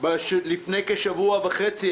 אמר לפני כשבוע וחצי,